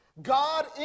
God